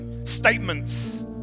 statements